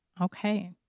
Okay